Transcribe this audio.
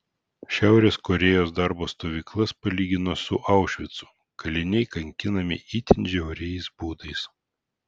šiaurės korėjos darbo stovyklas palygino su aušvicu kaliniai kankinami itin žiauriais būdais